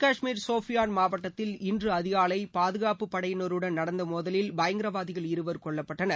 காஷ்மீர் சோபியான் மாவட்டத்தில் இன்று அதிகாலை பாதுகாப்புப் ம்மு படையினருடன் நடந்த மோதலில் பயங்கரவாதிகள் இருவர் கொல்லப்பட்டனர்